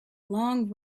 long